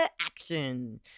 action